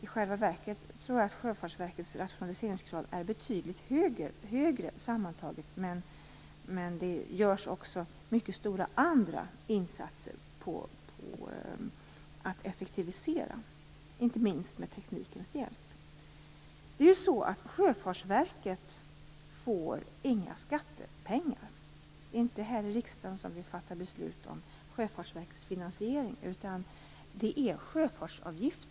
I själva verket tror jag att rationaliseringskravet på Sjöfartsverket är betydligt högre. Men det görs också andra stora insatser på att effektivisera - inte minst med teknikens hjälp. Sjöfartsverket får inte skattepengar. Det är inte heller riksdagen som fattar beslut om finansieringen av Sjöfartsverket.